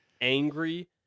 angry